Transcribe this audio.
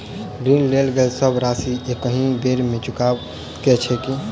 ऋण लेल गेल सब राशि एकहि बेर मे चुकाबऽ केँ छै की?